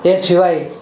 એ સિવાય